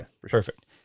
perfect